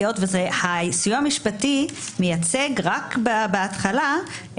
כי הסיוע המשפטי מייצג רק בהתחלה,